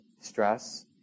stress